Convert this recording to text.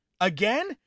Again